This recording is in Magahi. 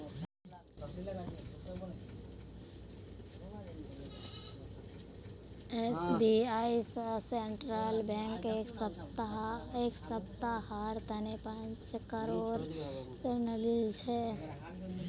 एस.बी.आई स सेंट्रल बैंक एक सप्ताहर तने पांच करोड़ ऋण लिल छ